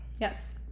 Yes